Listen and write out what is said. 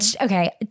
Okay